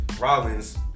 Rollins